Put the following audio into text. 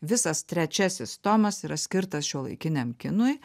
visas trečiasis tomas yra skirtas šiuolaikiniam kinui